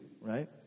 right